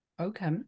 Okay